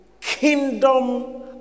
kingdom